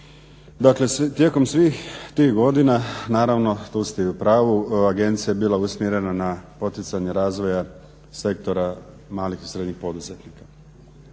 Dakle, tijekom svih tih godina naravno tu ste u pravu agencija je bila usmjerena na poticanje razvoja sektora malih i srednjih poduzetnika.